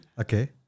okay